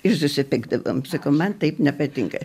ir susipykdavom sakau man taip nepatinka